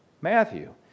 Matthew